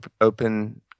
open